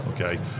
Okay